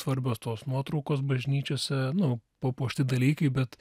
svarbios tos nuotraukos bažnyčiose nu papuošti dalykai bet